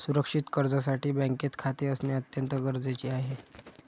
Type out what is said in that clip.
सुरक्षित कर्जासाठी बँकेत खाते असणे अत्यंत गरजेचे आहे